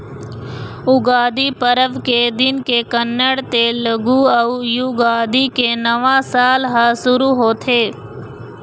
उगादी परब के दिन ले कन्नड़, तेलगु अउ युगादी के नवा साल ह सुरू होथे